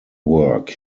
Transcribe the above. work